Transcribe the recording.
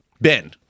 Ben